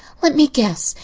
let me guess.